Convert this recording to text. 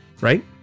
Right